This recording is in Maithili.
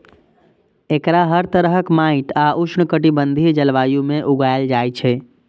एकरा हर तरहक माटि आ उष्णकटिबंधीय जलवायु मे उगायल जाए छै